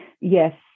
Yes